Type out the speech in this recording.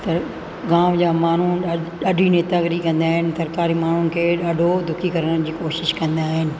त गाम जा माण्हू ॾा ॾाढी नेतागिरी कंदा आहिनि सरकारी माण्हुनि खे ॾाढो दुखी करण जी कोशिश कंदा आहिनि